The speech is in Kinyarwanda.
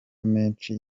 menshi